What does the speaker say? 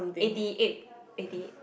eighty eight eighty